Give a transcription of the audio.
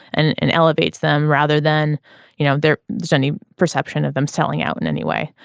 and and elevates them rather than you know there is any perception of them selling out in any way.